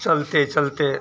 चलते चलते